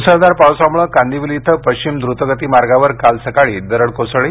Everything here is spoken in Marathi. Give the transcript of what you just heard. मुसळधार पावसामुळे कांदिवली इथं पश्चिम द्रुतगती मार्गावर काल सकाळी दरड कोसळली